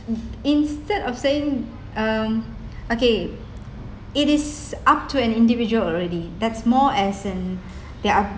instead of saying um okay it is up to an individual already that's more as in they are